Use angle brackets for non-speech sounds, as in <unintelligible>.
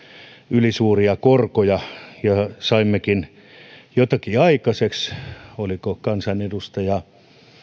ylisuuria korkoja <unintelligible> ja saimmekin jotakin aikaiseksi oliko kansanedustaja